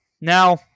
Now